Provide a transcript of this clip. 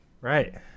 right